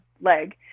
leg